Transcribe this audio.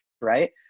right